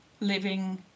living